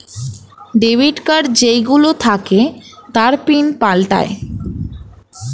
debit card যেই গুলো থাকে তার পিন পাল্টায়ে